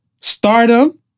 stardom